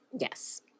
Yes